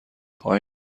است